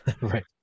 Right